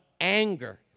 Anger